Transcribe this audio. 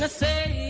and say